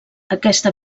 aquesta